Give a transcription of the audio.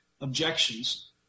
objections